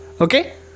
okay